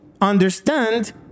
understand